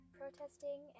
protesting